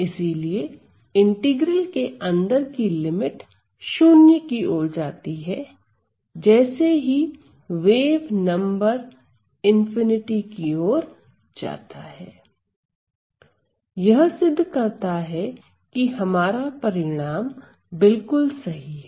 इसीलिए इंटीग्रल के अंदर की लिमिट 0 की ओर जाती है जैसे ही वेव नंबर ∞ की ओर जाता है यह सिद्ध करता है कि हमारा परिणाम बिल्कुल सही है